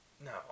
No